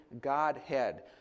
godhead